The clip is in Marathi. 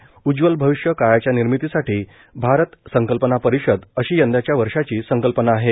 उज्वल भविष्य काळाच्या निर्मितीसाठी भारत संकल्पना परिषद अशी यंदाच्या वर्षाची संकल्पना आहे